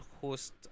host